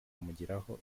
kumugiraho